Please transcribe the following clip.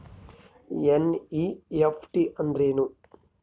NEFT ಅಂದ್ರೆನು?